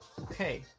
okay